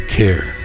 care